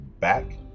back